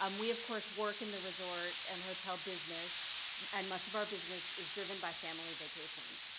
um we of course work in the resort and hotel business and much of our business is driven by family vacations.